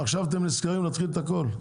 עכשיו אתם נזכרים להתחיל את הכל?